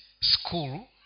school